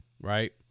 right